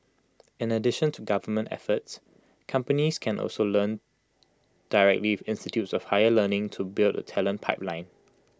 in addition to government efforts companies can also learn directly institutes of higher learning to build A talent pipeline